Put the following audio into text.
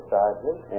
Sergeant